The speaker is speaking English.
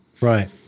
Right